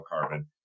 carbon